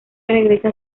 regresa